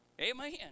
Amen